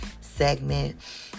segment